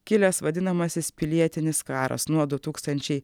kilęs vadinamasis pilietinis karas nuo du tūkstančiai